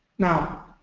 now,